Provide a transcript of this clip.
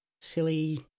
silly